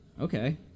Okay